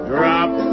Drop